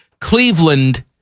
Cleveland